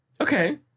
Okay